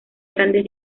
grandes